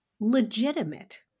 legitimate